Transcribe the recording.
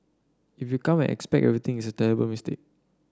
if you come and expect everything it's a terrible mistake